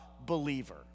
believer